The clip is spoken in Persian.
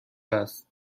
است